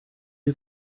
iri